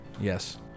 Yes